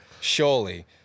surely